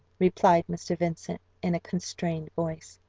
replied mr. vincent, in a constrained voice.